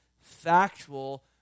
factual